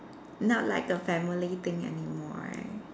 not like a family thing anymore right